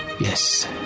Yes